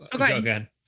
okay